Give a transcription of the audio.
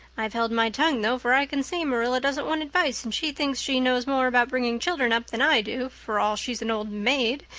i've held my tongue though, for i can see marilla doesn't want advice and she thinks she knows more about bringing children up than i do for all she's an old maid.